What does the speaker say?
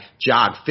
jog